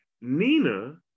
Nina